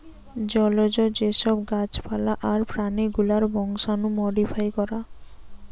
জলজ যে সব গাছ পালা আর প্রাণী গুলার বংশাণু মোডিফাই করা